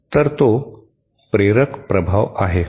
तर तो प्रेरक प्रभाव आहे